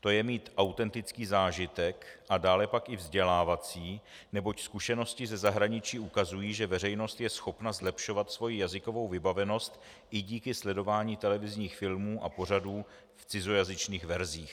to je mít autentický zážitek, a dále pak i vzdělávací, neboť zkušenosti ze zahraničí ukazují, že veřejnost je schopna zlepšovat svoji jazykovou vybavenost i díky sledování televizních filmů a pořadů v cizojazyčných verzích.